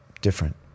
different